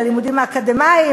על הלימודים האקדמיים,